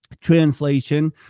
translation